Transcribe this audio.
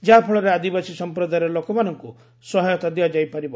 ଯାହାଫଳରେ ଆଦିବାସୀ ସମ୍ପ୍ରଦାୟର ଲୋକମାନଙ୍କୁ ସହାୟତା ଦିଆଯାଇ ପାରିବ